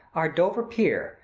our dover pier,